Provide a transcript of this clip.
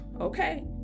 Okay